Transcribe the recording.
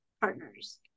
partners